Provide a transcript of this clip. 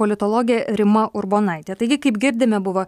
politologė rima urbonaitė taigi kaip girdime buvo